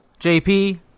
JP